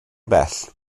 bell